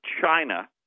China